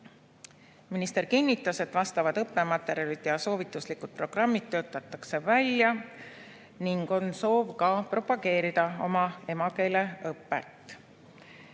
Minister kinnitas, et vastavad õppematerjalid ja soovituslikud programmid töötatakse välja ning on soov ka propageerida oma emakeele õpet.